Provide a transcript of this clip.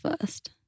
first